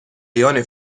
بیان